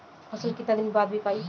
फसल केतना दिन बाद विकाई?